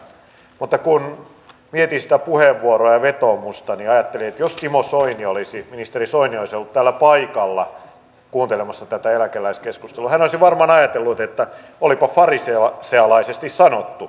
mutta kun mietin sitä puheenvuoroa ja vetoomusta niin ajattelin että jos ministeri soini olisi ollut täällä paikalla kuuntelemassa tätä eläkeläiskeskustelua hän olisi varmaan ajatellut että olipa farisealaisesti sanottu